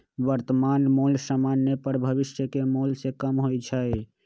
वर्तमान मोल समान्य पर भविष्य के मोल से कम होइ छइ